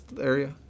area